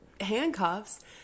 handcuffs